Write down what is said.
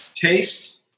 taste